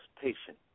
patient